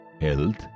health